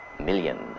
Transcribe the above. million